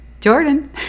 Jordan